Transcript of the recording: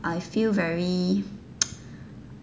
I feel very